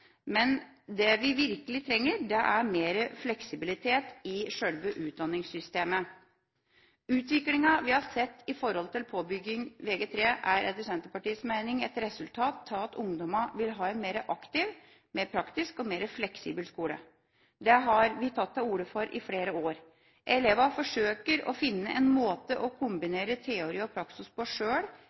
men det vi virkelig trenger, er mer fleksibilitet i sjølve utdanningssystemet. Utviklingen vi har sett når det gjelder Vg3 påbygging, er etter Senterpartiets mening et resultat av at ungdommene vil ha en mer aktiv, mer praktisk og mer fleksibel skole. Det har vi tatt til orde for i flere år. Elevene forsøker å finne en måte å kombinere teori og praksis på sjøl